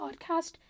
podcast